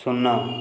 ଶୂନ